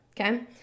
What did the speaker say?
okay